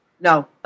no